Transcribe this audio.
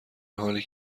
حالی